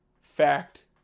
fact